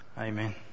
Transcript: Amen